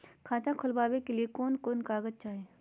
खाता खोलाबे के लिए कौन कौन कागज चाही?